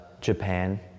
Japan